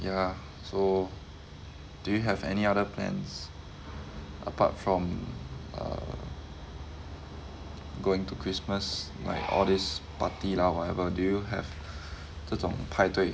ya so do you have any other plans apart from err going to christmas like all this party lah whatever do you have 这种派对